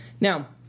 Now